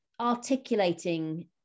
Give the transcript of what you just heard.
articulating